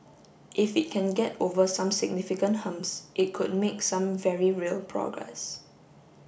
if it can get over some significant humps it could make some very real progress